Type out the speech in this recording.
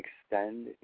extend